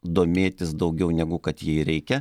domėtis daugiau negu kad jai reikia